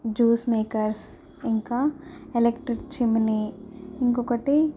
juice makers ఇంకా electric chimney ఇంకొకటి